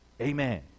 Amen